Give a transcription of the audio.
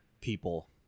people